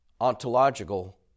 ontological